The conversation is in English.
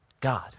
God